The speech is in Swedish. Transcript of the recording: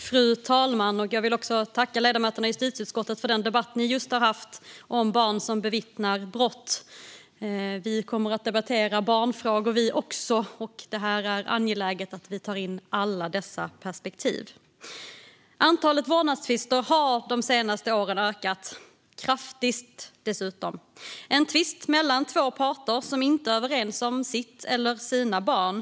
Fru talman! Jag vill tacka ledamöterna i justitieutskottet för den debatt som ni just har haft om barn som bevittnar brott. Vi kommer också att debattera barnfrågor. Det är angeläget att vi tar in alla dessa perspektiv. Antalet vårdnadstvister har de senaste åren ökat, kraftigt dessutom. Det är en tvist mellan två parter som inte är överens om sitt eller sina barn.